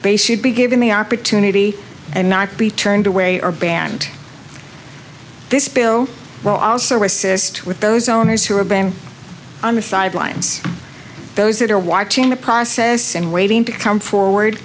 base should be given the opportunity and not be turned away or banned this bill will also assist with those owners who have been on the sidelines those that are watching the process and waiting to come forward